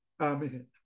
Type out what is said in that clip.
Amen